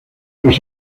los